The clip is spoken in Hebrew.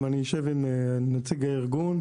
אני גם אשב עם נציג הארגון,